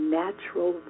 natural